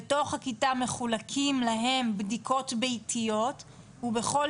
בתוך הכיתה מחולקים להם בדיקות ביתיות ובכל